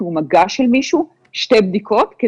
שתי בדיקות,